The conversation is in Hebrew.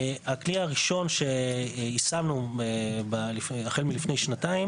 הכלי הראשון שיישמנו החל מלפני שנתיים